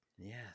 Yes